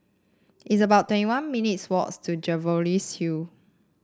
it's about twenty one minutes' walk to Jervois Hill